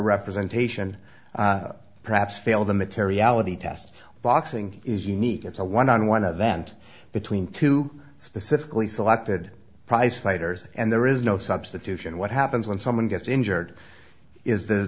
representation perhaps fail the materiality test boxing is unique it's a one on one a vent between two specifically selected prizefighters and there is no substitution what happens when someone gets injured is th